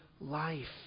life